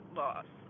loss